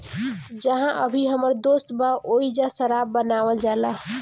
जाहा अभी हमर दोस्त बा ओइजा शराब बनावल जाला